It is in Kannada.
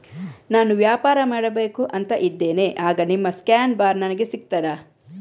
ನಾನು ವ್ಯಾಪಾರ ಮಾಡಬೇಕು ಅಂತ ಇದ್ದೇನೆ, ಆಗ ನಿಮ್ಮ ಸ್ಕ್ಯಾನ್ ಬಾರ್ ನನಗೆ ಸಿಗ್ತದಾ?